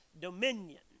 dominion